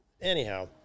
Anyhow